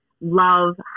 love